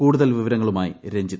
കൂടുതൽ വിവരങ്ങളുമായി ര്ഞ്ജിത്